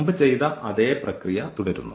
മുമ്പ് ചെയ്ത അതേ പ്രക്രിയ തുടരുന്നു